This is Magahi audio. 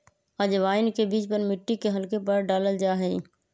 अजवाइन के बीज पर मिट्टी के हल्के परत डाल्ल जाहई